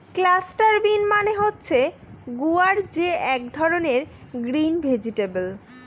cluster bean মানে হচ্ছে গুয়ার যে এক ধরনের গ্রিন ভেজিটেবল